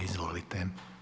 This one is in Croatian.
Izvolite.